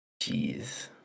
jeez